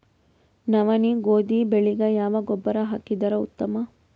ನವನಿ, ಗೋಧಿ ಬೆಳಿಗ ಯಾವ ಗೊಬ್ಬರ ಹಾಕಿದರ ಉತ್ತಮ?